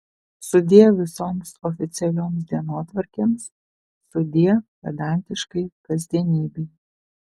sudie visoms oficialioms dienotvarkėms sudie pedantiškai kasdienybei